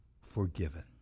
forgiven